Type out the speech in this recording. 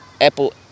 Apple